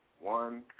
one